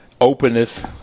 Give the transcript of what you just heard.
openness